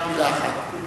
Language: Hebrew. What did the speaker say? רק מלה אחת.